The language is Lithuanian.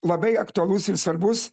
labai aktualus ir svarbus